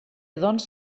doncs